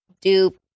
dupe